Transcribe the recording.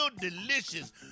delicious